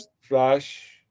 Flash